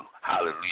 hallelujah